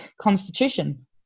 constitution